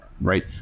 right